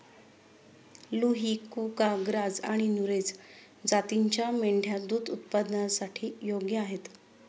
लुही, कुका, ग्राझ आणि नुरेझ जातींच्या मेंढ्या दूध उत्पादनासाठी योग्य आहेत